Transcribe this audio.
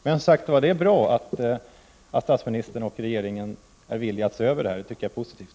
Men det är bra att statsministern och regeringen är villiga att se över detta, det är positivt.